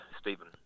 Stephen